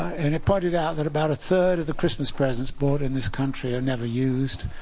and it pointed out that about a third of the christmas presents bought in this country are never used.